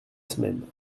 semaine